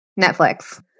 Netflix